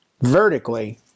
vertically